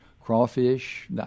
crawfish